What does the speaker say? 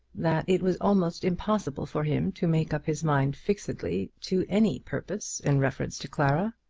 that it was almost impossible for him to make up his mind fixedly to any purpose in reference to clara.